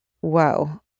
Whoa